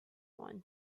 one